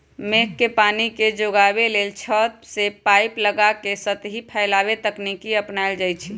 मेघ के पानी के जोगाबे लेल छत से पाइप लगा के सतही फैलाव तकनीकी अपनायल जाई छै